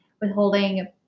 withholding